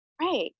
Right